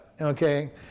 okay